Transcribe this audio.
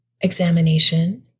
examination